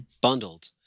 bundled